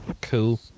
Cool